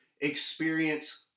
experience